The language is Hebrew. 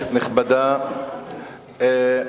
כנסת נכבדה,